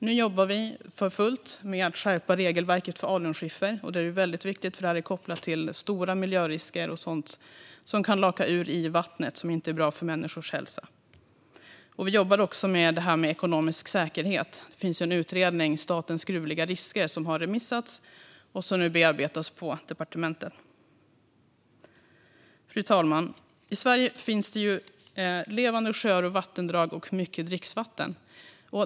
Nu jobbar vi för fullt med att skärpa regelverket för alunskiffer. Det är viktigt, för det är kopplat till stora miljörisker på grund av sådant som kan lakas ut i vattnet och som inte är bra för människors hälsa. Vi jobbar också med ekonomisk säkerhet. Det finns en utredning, Statens gruvliga risker , som har remissbehandlats och som nu bearbetas på departementet. Fru talman! I Sverige finns det levande sjöar och vattendrag och mycket dricksvatten.